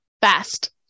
Fast